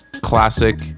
classic